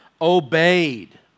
obeyed